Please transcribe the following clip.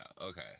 okay